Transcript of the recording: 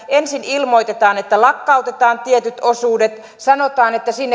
ensin ilmoitetaan että lakkautetaan tietyt osuudet sanotaan että sinne